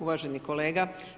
Uvaženi kolega.